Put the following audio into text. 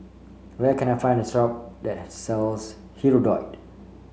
where can I find the shop that sells Hirudoid